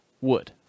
Wood